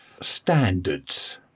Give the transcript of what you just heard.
standards